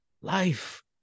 life